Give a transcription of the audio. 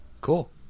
cool